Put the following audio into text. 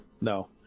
No